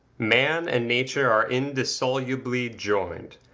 man and nature are indissolubly joined.